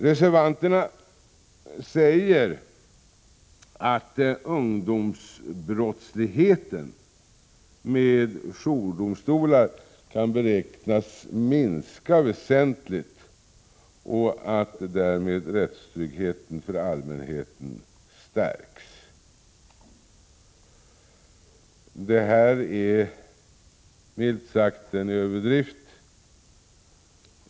Reservanterna säger att ungdomsbrottsligheten med jourdomstolar kan beräknas minska väsentligt och att därmed rättstryggheten för allmänheten stärks. Detta är milt sagt en överdrift.